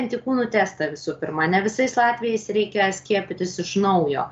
antikūnų testą visų pirma ne visais atvejais reikia skiepytis iš naujo